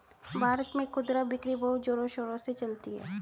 भारत में खुदरा बिक्री बहुत जोरों शोरों से चलती है